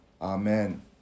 Amen